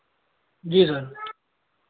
जी sir